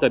5.